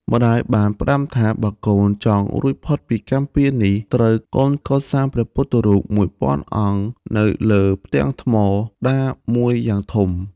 ម្ដាយបានផ្ដាំថា បើកូនចង់រួចផុតពីកម្មពៀរនេះ ត្រូវកូនកសាងព្រះពុទ្ធរូបមួយពាន់អង្គនៅលើផ្ទាំងថ្មដាមួយយ៉ាងធំ ។